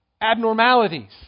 abnormalities